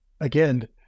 again